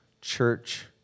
church